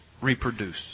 Reproduce